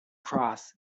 cross